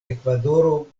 ekvadoro